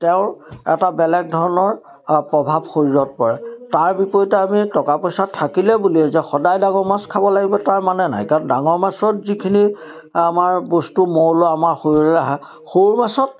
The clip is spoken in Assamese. তেওঁৰ এটা বেলেগ ধৰণৰ আ প্ৰভাৱ শৰীৰত পৰে তাৰ বিপৰীতে আমি টকা পইচা থাকিলে বুলিয়েই যে সদায় ডাঙৰ মাছ খাব লাগিব তাৰ মানে নাই কাৰণ ডাঙৰ মাছত যিখিনি আমাৰ বস্তু মৌল আমাৰ শৰীৰলৈ আহে সৰু মাছত